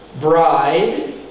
bride